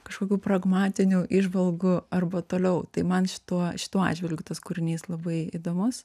kažkokių pragmatinių įžvalgų arba toliau tai man šituo šituo atžvilgiu tas kūrinys labai įdomus